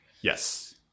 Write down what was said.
yes